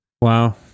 wow